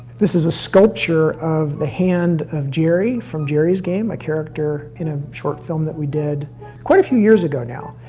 this is a sculpture of the hand of geri, from geri's game, a character in a short film that we did quite a few years ago now,